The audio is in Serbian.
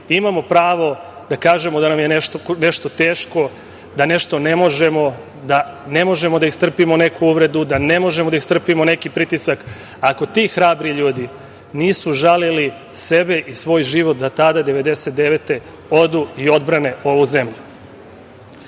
imamo pravo da kažemo da nam je nešto teško, da nešto ne možemo, da ne možemo da istrpimo neku uvredu, da ne možemo da istrpimo neki pritisak, ako ti hrabri ljudi nisu žalili sebe i svoj život da tada 1999. godine odu i odbrane ovu